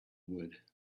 wood